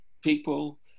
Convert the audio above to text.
people